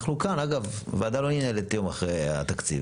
אנחנו כאן, אגב, הוועדה לא ננעלת יום אחרי התקציב.